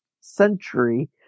century